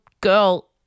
girl